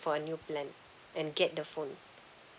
for a new plan and get the phone